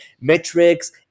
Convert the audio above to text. metrics